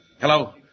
Hello